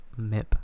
MIP